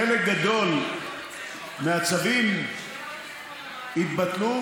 חלק גדול מהצווים יתבטלו,